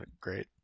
great